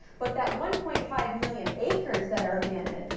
but that one point five million acres that are abandoned,